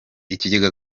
ikigega